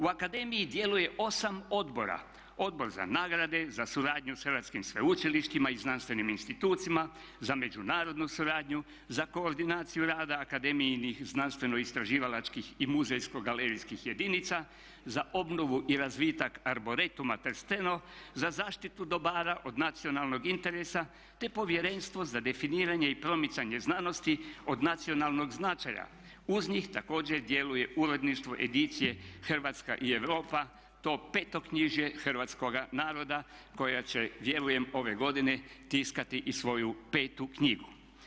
U akademiji djeluje 8 odbora, Odbor za nagrade, za suradnju sa hrvatskim sveučilištima i znanstvenim institucijama, za međunarodnu suradnju, za koordinaciju rada akademijinih znanstveno istraživačkih i muzejsko galerijskih jedinica, za obnovu i razvitak arboretuma trsteno, za zaštitu dobara od nacionalnog interesa te Povjerenstvo za definiranje i promicanje znanosti od nacionalnog značaja, uz njih također djeluje uredništvo Edicije Hrvatska i Europa, to petoknjižje hrvatskoga naroda koja će vjerujem ove godine tiskati i svoju petu knjigu.